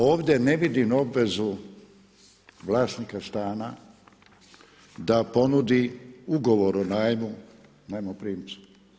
Ovdje ne vidim obvezu vlasnika stana da ponudi ugovor o najmu najmoprimcu.